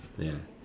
ya